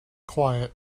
quiet